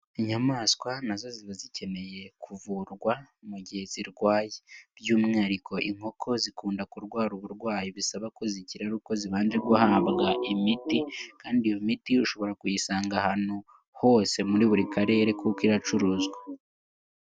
Inyamaswa na zo ziba zikeneye kuvurwa mu gihe zirwaye, by'umwihariko inkoko zikunda kurwara uburwayi bisaba ko zikira ari uko zibanje guhabwa imiti kandi iyo miti ushobora kuyisanga ahantu hose muri buri karere kuko iracuruzwa.